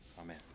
Amen